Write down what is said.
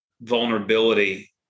vulnerability